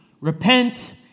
Repent